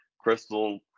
Crystal